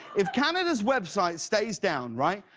if canada's website stays down, right,